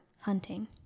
Hunting